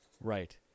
right